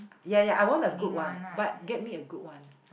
ya ya I want a good one but get me a good one